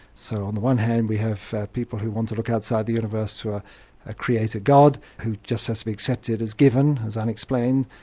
so, on the one hand we have people who want to look outside the universe to ah a creator god who just has to be accepted as given, as unexplained,